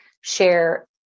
share